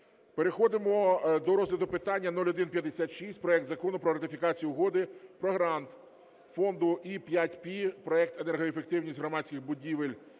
Переходимо до розгляду питання 0156 проект Закону про ратифікацію Угоди про грант Фонду Е5Р (Проект "Енергоефективність громадських будівель